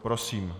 Prosím.